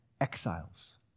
exiles